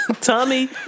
Tommy